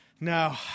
No